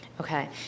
Okay